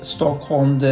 Stockholm